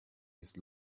his